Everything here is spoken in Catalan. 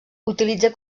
utilitza